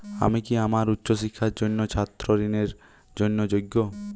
আমি কি আমার উচ্চ শিক্ষার জন্য ছাত্র ঋণের জন্য যোগ্য?